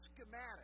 schematic